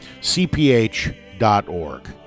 cph.org